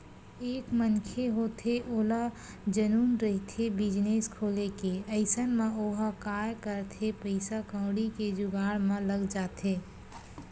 एक मनखे होथे ओला जनुन रहिथे बिजनेस खोले के अइसन म ओहा काय करथे पइसा कउड़ी के जुगाड़ म लग जाथे